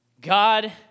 God